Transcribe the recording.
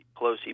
Pelosi